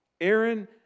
Aaron